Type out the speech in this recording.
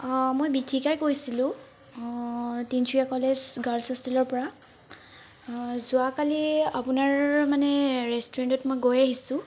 অঁ মই বীথিকাই কৈছিলো তিনিচুকীয়া কলেজ গাৰ্লছ হোষ্টেলৰ পৰা যোৱাকালি আপোনাৰ মানে ৰেষ্টুৰেণ্টত মই গৈ আহিছো